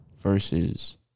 versus